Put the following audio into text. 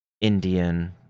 Indian